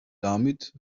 damit